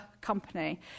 company